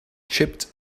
chipped